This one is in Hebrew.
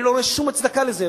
אני לא רואה שום הצדקה לזה.